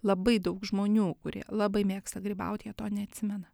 labai daug žmonių kurie labai mėgsta grybaut jie to neatsimena